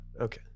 Okay